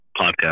podcast